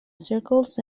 circles